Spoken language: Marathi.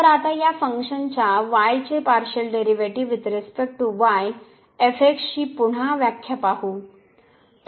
तर आता या फंक्शनच्या y चे partial derivative with respect to y ची पुन्हा व्याख्या पाहू